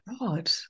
God